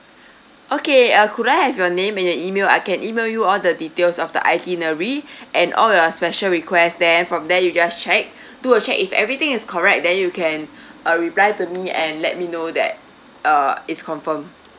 okay uh could I have your name and your E-mail I can E-mail you all the details of the itinerary and all your special request then from there you just check do a check if everything is correct then you can uh reply to me and let me know that uh is confirm